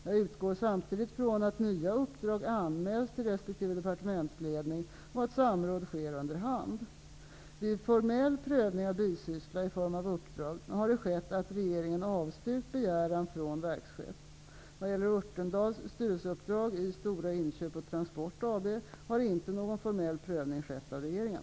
Jag utgår samtidigt från att nya uppdrag anmäls till resp. departementsledning och att samråd sker under hand. Vid formell prövning av bisyssla i form av uppdrag har det skett att regeringen avstyrkt begäran från verkschef. Vad gäller Örtendahls styrelseuppdrag i Stora inköp och transport AB har inte någon formell prövning skett av regeringen.